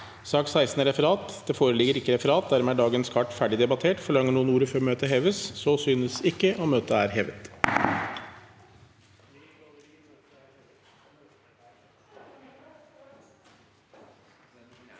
Det foreligger ikke referat. Dermed er dagens kart ferdig debattert. Forlanger noen ordet før møtet heves? – Så synes ikke, og møtet er hevet.